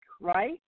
right